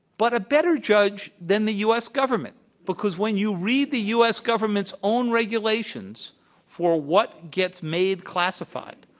but a better judge than the u. s. government because when you read the u. s. government's own regulations for what gets made classified,